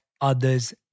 others